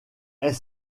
est